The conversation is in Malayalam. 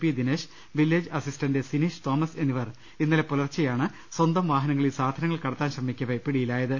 P Dinesh village assistant Sineesh Thomas എന്നിവർ ഇന്നലെ പുലർച്ചെയാണ് സ്വന്തം വാഹ്നങ്ങളിൽ സാധനങ്ങൾ കടത്താൻ ശ്രമിക്കവെ പിടിയി ലായത്